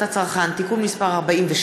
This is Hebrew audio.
לפרוטוקול,